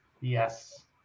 yes